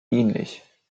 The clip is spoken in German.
dienlich